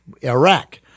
Iraq